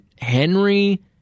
Henry